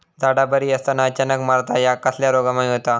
झाडा बरी असताना अचानक मरता हया कसल्या रोगामुळे होता?